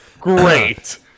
Great